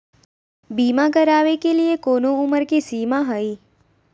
बीमा करावे के लिए कोनो उमर के सीमा है?